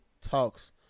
talks